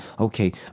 okay